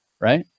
right